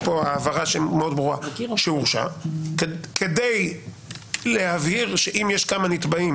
זאת ההבהרה שהיא מאוד ברורה שהורשע כדי להבהיר שאם יש כמה נתבעים